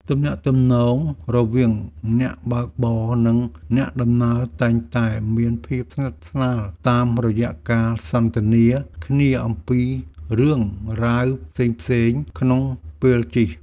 ទំនាក់ទំនងរវាងអ្នកបើកបរនិងអ្នកដំណើរតែងតែមានភាពស្និទ្ធស្នាលតាមរយៈការសន្ទនាគ្នាអំពីរឿងរ៉ាវផ្សេងៗក្នុងពេលជិះ។